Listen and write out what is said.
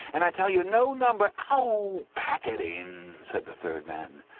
and i tell you, no number oh, pack it in said the third man.